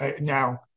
Now